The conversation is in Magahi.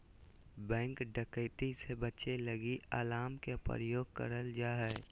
बैंक डकैती से बचे लगी अलार्म के प्रयोग करल जा हय